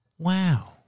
Wow